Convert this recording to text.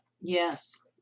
Yes